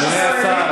אדוני השר,